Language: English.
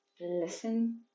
listen